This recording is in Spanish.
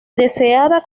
deseada